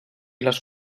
les